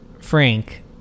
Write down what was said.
Frank